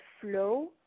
flow